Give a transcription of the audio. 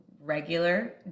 regular